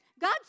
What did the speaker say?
God